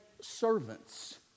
servants